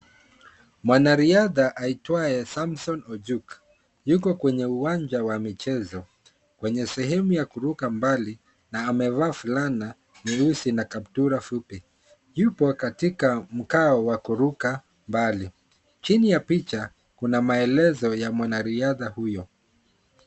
Mwanariadha aitwaye Samson Ojuk, yuko kwenye uwanja wa mchezo. Kwenye sehemu ya kuruka mbali na amevaa fulana nyeusi na kaptura fupi. Yuko katika mkao wa kuruka mbali. Chini ya picha kuna maelezo ya mwanariadha huyo.